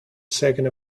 second